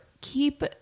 Keep